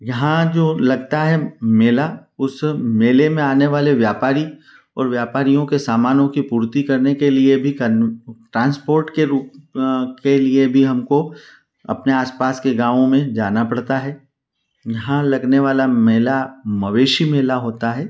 यहाँ जो लगता है मेला उस मेले में आने वाले व्यापारी और व्यापारियों के सामानों की पूर्ति करने के लिए भी ट्रान्सपोर्ट के रूप के लिए भी हमको अपने आसपास के गाँवों में जाना पड़ता है यहाँ लगने वाला मेला मवेशी मेला होता है